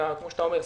כפי שאתה אומר,